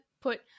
put